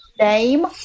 name